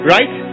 Right